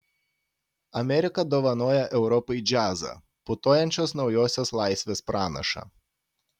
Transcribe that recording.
amerika dovanoja europai džiazą putojančios naujosios laisvės pranašą